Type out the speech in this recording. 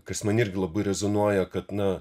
kas man irgi labai rezonuoja kad na